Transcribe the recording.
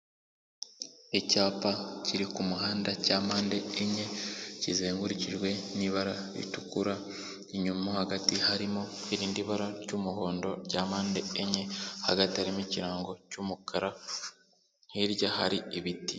Icyapa kiri ku muhanda cya mpande enye, kizengurukijwe n'ibara ritukura, inyuma hagati harimo irindi bara ry'umuhondo rya mpande enye, hagati harimo ikirango cy'umukara hirya hari ibiti.